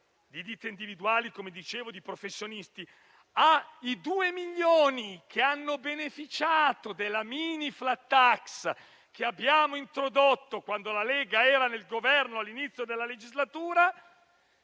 di ditte individuali e professionisti ai due milioni che hanno beneficiato della mini-*flat tax*, introdotta quando la Lega era al Governo all'inizio della legislatura,